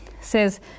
says